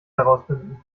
herausfinden